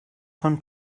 von